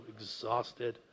exhausted